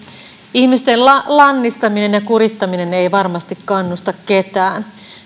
ihmisten lannistaminen ja kurittaminen ei varmasti kannusta ketään